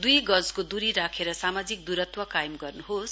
दुई गजको दूरी राखेर सामाजिक दूरत्व कायम गर्नुहोस्